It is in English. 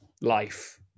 life